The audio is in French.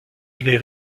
les